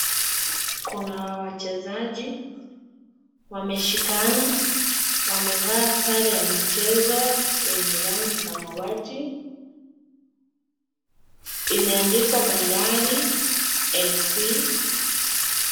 Kuna wachezaji wameshikana, wamevaa sare ya mchezo yenye rangi samawati, imeandikwa bandari FC.